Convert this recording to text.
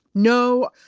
no.